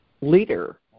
leader